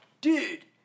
Dude